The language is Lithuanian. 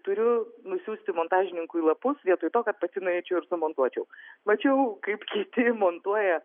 turiu nusiųsti montažininkui lapus vietoj to kad pati nueičiau ir sumontuočiau mačiau kaip kiti montuoja